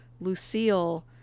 Lucille